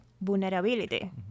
vulnerability